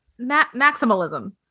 Maximalism